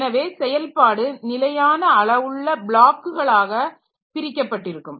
எனவே செயல்பாடு நிலையான அளவுள்ள பிளாக்குகளாக பிரிக்கப்பட்டிருக்கும்